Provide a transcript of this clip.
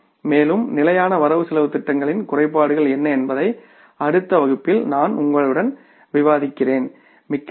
மேலும் நிலையான வரவு செலவுத் திட்டங்களின் குறைபாடுகள் என்ன என்பதை அடுத்த வகுப்பில் நான் உங்களுடன் விவாதிக்கிறேன் மிக்க நன்றி